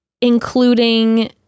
including